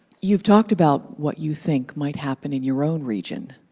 you've talked about what you think might happen in your own region,